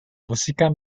música